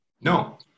No